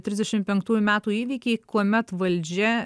trisdešimt penktųjų metų įvykiai kuomet valdžia